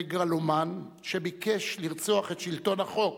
המגלומן שביקש לרצוח את שלטון החוק,